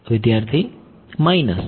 વિદ્યાર્થી માઈનસ